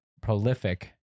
prolific